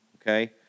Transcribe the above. okay